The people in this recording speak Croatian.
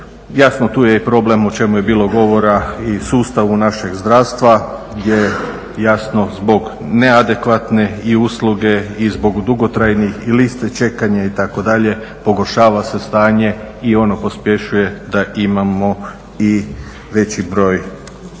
Tu je i problem o čemu je bilo govora i o sustavu našeg zdravstva gdje jasno zbog neadekvatne usluge i zbog dugotrajnih listi čekanja itd. pogoršava se stanje i ono pospješuje da imamo i veći broj